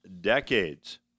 decades